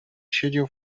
siedział